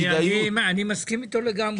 אני מסכים איתו לגמרי.